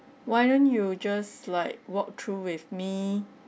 why don't you just like walk through with me